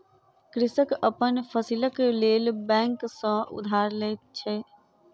कृषक अपन फसीलक लेल बैंक सॅ उधार लैत अछि